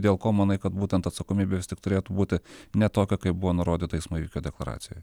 dėl ko manai kad būtent atsakomybė vis tik turėtų būti ne tokia kaip buvo nurodyta eismo įvykio deklaracijoj